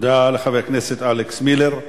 תודה לחבר הכנסת אלכס מילר.